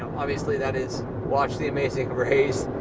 obviously, that is watch the amazing race,